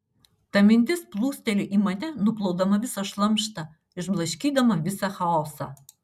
ta mintis plūsteli į mane nuplaudama visą šlamštą išblaškydama visą chaosą